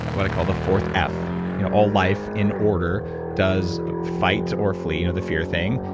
what i call the fourth f you know all life in order does fight or flee, you know, the fear thing,